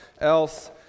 else